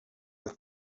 with